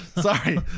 Sorry